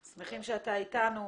אנחנו שמחים שאתה איתנו.